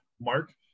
mark